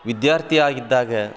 ವಿದ್ಯಾರ್ಥಿಯಾಗಿದ್ದಾಗ